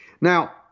Now